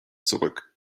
zurück